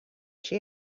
she